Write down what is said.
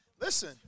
Listen